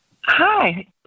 Hi